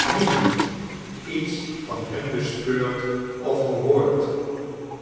niemand iets van hen bespeurd of gehoord